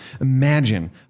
Imagine